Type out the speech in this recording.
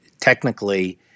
Technically